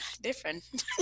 different